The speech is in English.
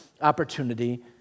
opportunity